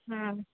आम्